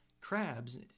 crabs